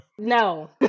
no